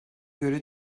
göre